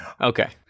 Okay